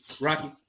Rocky